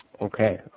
Okay